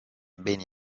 beni